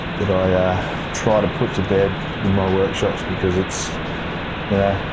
that i try to put to bed in my workshops because it's you know,